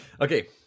Okay